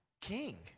King